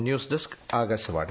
news desk Akashvani